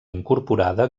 incorporada